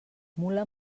mula